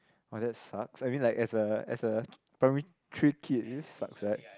[wah] that sucks I mean like as a as a primary three kid it sucks right